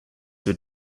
wird